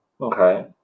okay